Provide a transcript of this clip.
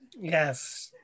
Yes